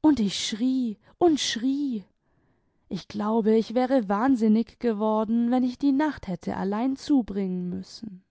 und ich schrie und schrie ich glaube ich wäre wahnsinnig geworden wenn ich die nacht hätte allein zubringen müssen